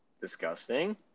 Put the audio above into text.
Disgusting